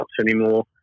anymore